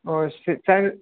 और सिर दर्द